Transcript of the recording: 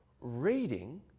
reading